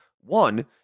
One